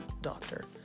doctor